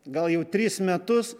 gal jau tris metus